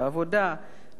במסגרת שחורה,